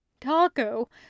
Taco